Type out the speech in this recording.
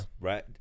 Right